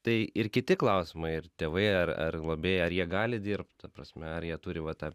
tai ir kiti klausimai ir tėvai ar ar globėjai ar jie gali dirbt ta prasme ar jie turi va tą